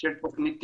של תכנית תקשוב,